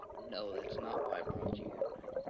no, that's not why i brought you here tonight.